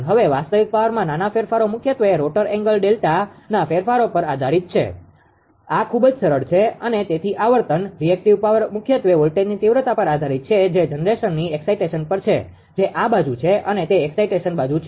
હવે વાસ્તવિક પાવરમાં નાના ફેરફારો મુખ્યત્વે રોટર એંગલના ફેરફારો પર આધારીત છે આ ખૂબ જ સરળ છે અને તેથી આવર્તન રીએક્ટીવ પાવર મુખ્યત્વે વોલ્ટેજની તીવ્રતા પર આધારિત છે જે જનરેશનની એક્સાઈટેશન પર છે જે આ બાજુ છે અને તે એક્સાઈટેશન બાજુ છે